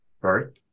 Sorry